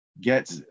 get